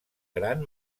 gran